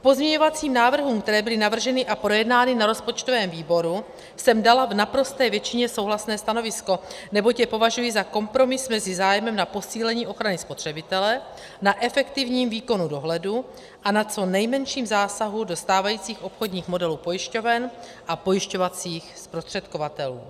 K pozměňovacím návrhům, které byly navrženy a projednány na rozpočtovém výboru, jsem dala v naprosté většině souhlasné stanovisko, neboť je považuji za kompromis mezi zájmem na posílení ochrany spotřebitele, na efektivním výkonu dohledu a na co nejmenším zásahu do stávajících obchodních modelů pojišťoven a pojišťovacích zprostředkovatelů.